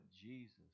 Jesus